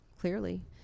Clearly